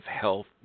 Health